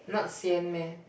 not sian meh